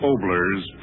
Obler's